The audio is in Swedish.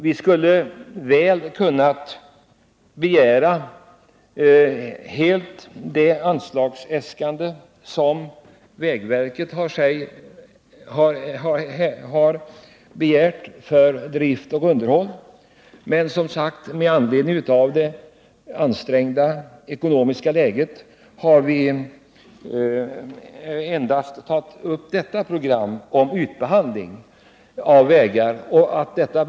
Vi skulle i och för sig ha kunnat ansluta oss till vägverkets anslagsäskande avseende drift och underhåll, men vi har med hänsyn till det ansträngda ekonomiska läget endast begärt att vägverkets program för ytbehandling av vägar skall fullföljas.